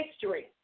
history